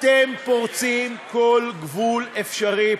אתם פורצים כל גבול אפשרי,